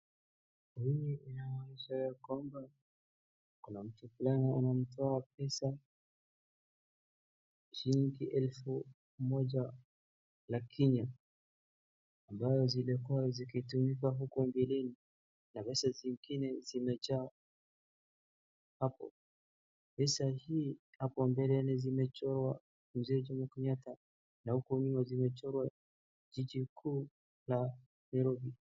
Hii inaonyesha ya kwamba, kuna mtu fulani anatoa pesa shilingi elfu moja ya Kenya, ambazo zilikuwa zikitumika huku mbeleni na pesa zingine zimejaa hapo. Pesa hii hapo mbele zimechorwa mzee Jomo Kenyatta na huku nyuma zimechorwa jiji kuu la Nairobi.